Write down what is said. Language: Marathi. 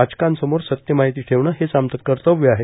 वाचकांसमोर सत्य माहिती ठेवणं हेच आमचं कर्तव्य आहे